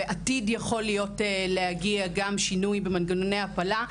ובעתיד יכול להגיע גם שינוי במנגנוני הפלה,